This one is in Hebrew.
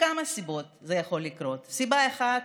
מכמה סיבות זה יכול לקרות: סיבה אחת,